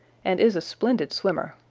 and is a splendid swimmer.